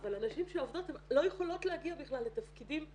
אבל הנשים שעובדות לא יכולות להגיע בכלל לתפקידים ניהוליים.